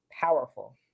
powerful